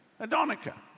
Adonica